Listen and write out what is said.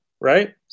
right